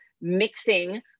mixing